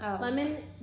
Lemon